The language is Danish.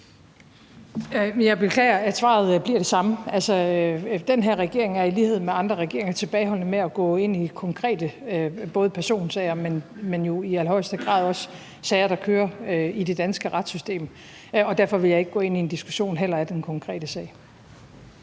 Jeg beklager, at svaret bliver det samme. Den her regering er i lighed med andre regeringer tilbageholdende med at gå ind i både konkrete personsager, men jo i allerhøjeste grad også sager, der kører i det danske retssystem, og derfor vil jeg ikke gå ind i en diskussion heller af den konkrete sag.